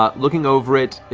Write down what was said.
um looking over it,